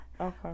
Okay